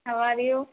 how are you